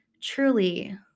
truly